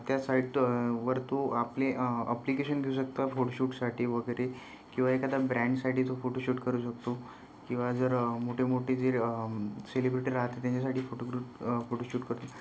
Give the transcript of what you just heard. त्या साईटवर तो आपले अप्लिकेशन देऊ शकतो फोटोशूटसाठी वगैरे किंवा एखाद्या ब्रॅन्डसाठी तो फोटोशूट करू शकतो किंवा जर मोठे मोठे जे सेलिब्रेटी राहते त्यांच्यासाठी फोटोग्र फोटोशूट क